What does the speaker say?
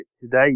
today